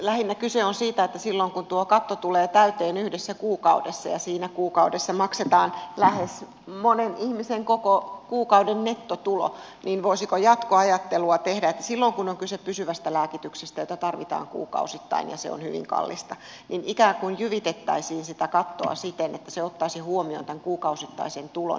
lähinnä kyse on siitä että silloin kun tuo katto tulee täyteen yhdessä kuukaudessa ja siinä kuukaudessa maksetaan monen ihmisen lähes koko kuukauden nettotulo niin voisiko jatkoajattelua tehdä että silloin kun on kyse pysyvästä lääkityksestä jota tarvitaan kuukausittain ja se on hyvin kallista niin ikään kuin jyvitettäisiin sitä kattoa siten että se ottaisi huomioon tämän kuukausittaisen tulon